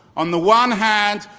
on the one hand,